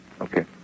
Okay